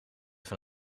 van